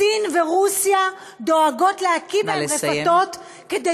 סין ורוסיה דואגות להקים להן רפתות כדי